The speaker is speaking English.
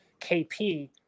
KP